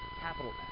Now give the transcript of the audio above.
capital